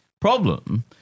problem